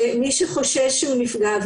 שמי שחושש שהוא נפגע,